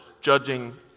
judging